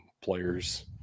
players